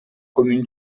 communes